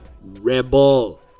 Rebel